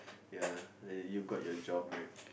ya you got your job back